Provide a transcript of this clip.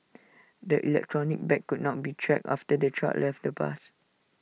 the electronic tag could not be tracked after the child left the bus